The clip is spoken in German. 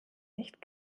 nicht